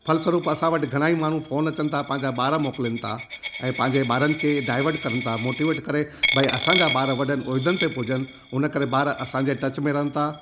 फलस्वरूप असां वट घणा ई माण्हू फ़ोन अचनि था पंहिंजा ॿार मोकलीनि था ऐं पंहिंजे ॿारनि खे हे डाइवट कनि था मोटिवेट करे बई असांजा ॿार वॾनि औहिदनि थे हुजनि हुन करे ॿार असांजे टच में रहनि था